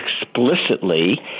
explicitly